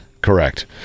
Correct